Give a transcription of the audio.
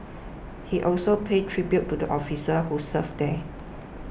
he also paid tribute to the officers who served there